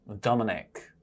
Dominic